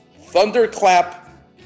Thunderclap